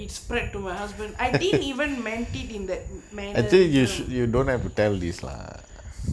it's spread to my husband I been even man did in that mannerism